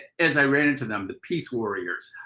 as i ran into them, the peace warriors,